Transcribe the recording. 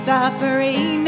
Suffering